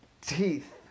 teeth